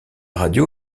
radio